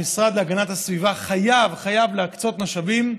המשרד להגנת הסביבה חייב להקצות משאבים,